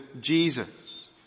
Jesus